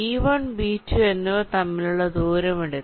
B1 B2 എന്നിവ തമ്മിലുള്ള ദൂരം എടുക്കാം